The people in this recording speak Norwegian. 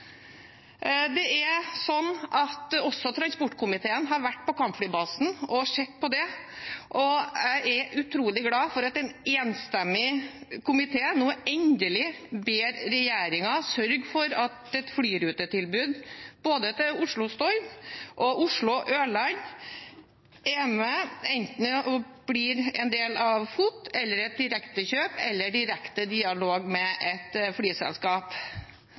Transportkomiteen har også vært på kampflybasen og sett på dette, og jeg er utrolig glad for at en enstemmig komité nå endelig ber regjeringen sørge for et flyrutetilbud både mellom Oslo og Stord og mellom Oslo og Ørland, enten som en del av FOT-rutene, eller gjennom direktekjøp eller direkte dialog med et flyselskap.